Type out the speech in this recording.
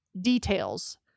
details